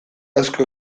asko